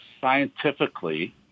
scientifically